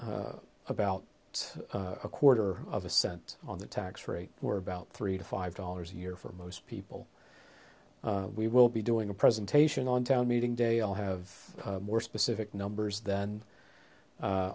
about a quarter of a cent on the tax rate were about three to five dollars a year for most people we will be doing a presentation on town meeting day i'll have more specific numbers then